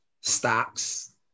stocks